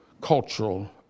cultural